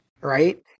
right